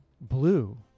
blue